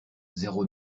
zéro